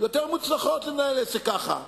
יותר מוצלחות לנהל עסק ככה.